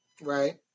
Right